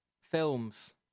Films